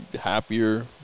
Happier